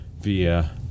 via